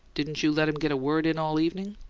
didn't you let him get a word in all evening?